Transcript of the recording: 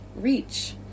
reach